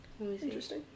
Interesting